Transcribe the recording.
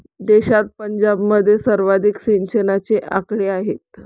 देशात पंजाबमध्ये सर्वाधिक सिंचनाचे आकडे आहेत